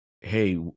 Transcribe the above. hey